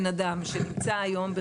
אני מסבירה אם יש בן אדם שנמצא היום בחו"ל,